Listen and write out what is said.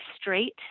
straight